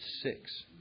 six